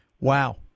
Wow